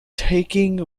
taking